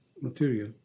material